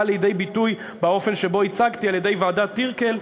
באה לידי ביטוי באופן שהצגתי על-ידי ועדת טירקל.